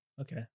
okay